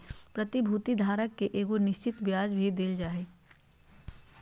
प्रतिभूति धारक के एगो निश्चित ब्याज भी देल जा हइ